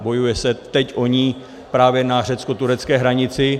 Bojuje se teď o ni právě na řeckoturecké hranici.